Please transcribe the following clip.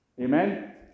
Amen